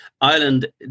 Ireland